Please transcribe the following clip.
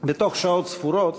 בתוך שעות ספורות,